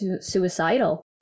suicidal